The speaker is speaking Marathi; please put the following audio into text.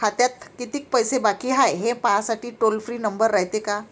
खात्यात कितीक पैसे बाकी हाय, हे पाहासाठी टोल फ्री नंबर रायते का?